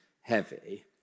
heavy